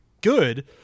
good